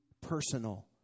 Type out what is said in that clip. personal